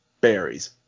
Berries